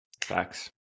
Facts